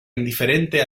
indiferente